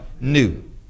New